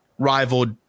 rivaled